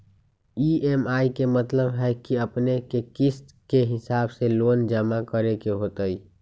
EMI के मतलब है कि अपने के किस्त के हिसाब से लोन जमा करे के होतेई?